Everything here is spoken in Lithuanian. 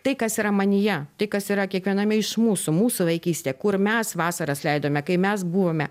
tai kas yra manyje tai kas yra kiekviename iš mūsų mūsų vaikystė kur mes vasaras leidome kai mes buvome